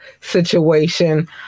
situation